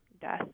death